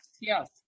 Yes